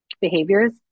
behaviors